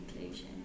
inclusion